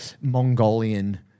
mongolian